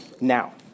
Now